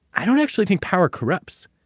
i don't actually think power corrupts,